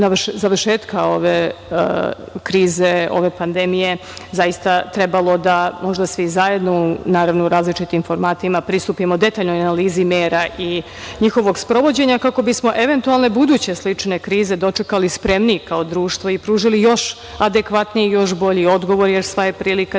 ove krize, ove pandemije, zaista trebalo da možda svi zajedno, naravno u različitim formatima. pristupimo detaljnoj analizi mera i njihovog sprovođenja kako bismo eventualne buduće slične krize dočekali spremniji kao društvo i pružili još adekvatniji i još bolji odgovor, jer sva je prilika